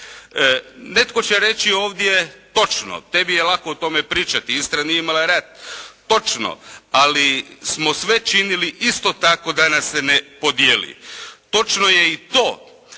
Netko će reći ovdje točno, tebi je lako o tome pričati, Istra nije imala rat. Točno. Ali smo sve činili isto tako da nas se ne podijeli. Točno je i to